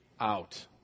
out